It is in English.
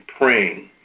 praying